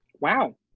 Wow